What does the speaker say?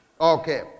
Okay